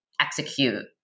execute